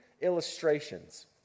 illustrations